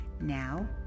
now